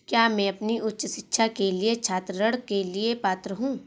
क्या मैं अपनी उच्च शिक्षा के लिए छात्र ऋण के लिए पात्र हूँ?